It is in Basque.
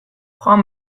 joan